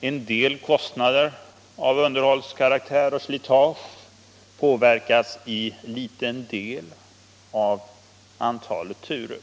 En del kostnader för underhåll och slitage påverkas till liten del av antalet turer.